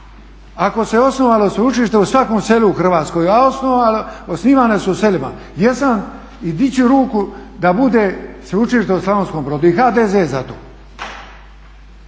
Ako se osnovalo sveučilište u svakom selu u Hrvatskoj, a osnivana su u selima jesam i diću ruku da bude sveučilište u Slavonskom Brodu i HDZ je za to.